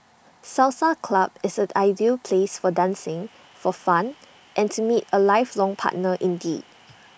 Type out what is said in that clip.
salsa club is an ideal place for dancing for fun and to meet A lifelong partner indeed